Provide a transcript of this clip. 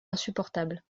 insupportables